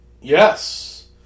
Yes